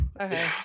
okay